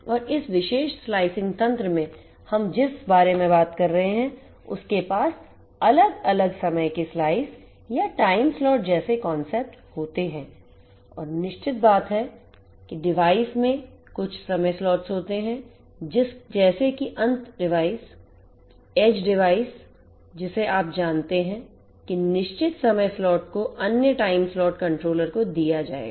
और इस विशेष स्लाइसिंग तंत्र में हम जिस बारे में बात कर रहे हैं उसके पास अलग अलग समय के स्लाइस या टाइम स्लॉट जैसेconceptsहोते हैं और निश्चित बात है कि डिवाइस में कुछ समय स्लॉट्स होते हैं जैसे कि अंत डिवाइस एज डिवाइस जिसे आप जानते हैं कि निश्चित समय स्लॉट्स को अन्य टाइम स्लॉट्स Controller को दिया जाएगा